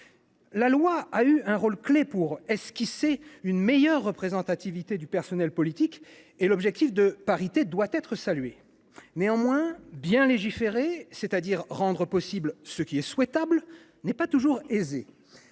La loi a eu un rôle clé pour esquisser une meilleure représentativité du personnel politique et l’objectif de parité doit être salué. Néanmoins, bien légiférer, c’est à dire rendre possible ce qui est souhaitable, n’est pas toujours aisé.